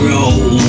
Roll